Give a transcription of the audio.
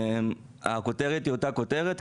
הכותרת היא אותה כותרת,